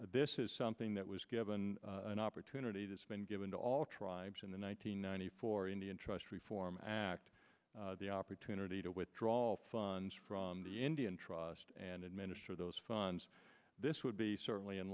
this is something that was given an opportunity to spend given to all tribes in the one nine hundred ninety four indian trust reform act the opportunity to withdraw all funds from the indian trust and administer those funds this would be certainly in